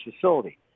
facility